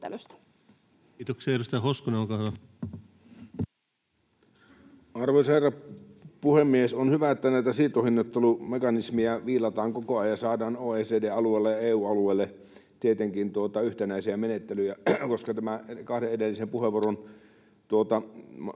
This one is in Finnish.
Arvoisa herra puhemies! On hyvä, että näitä siirtohinnoittelumekanismeja viilataan koko ajan ja saadaan OECD-alueelle ja EU-alueelle tietenkin yhtenäisiä menettelyjä, koska nämä kahdessa edellisessä puheenvuorossa